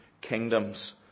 kingdoms